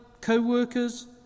co-workers